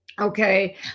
okay